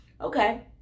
okay